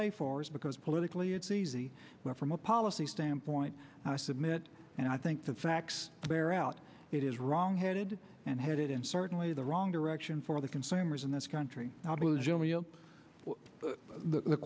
pay for is because politically it's easy from a policy standpoint i submit and i think the facts bear out it is wrong headed and headed in certainly the wrong direction for the consumers in this country now